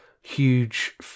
huge